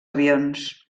avions